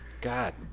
god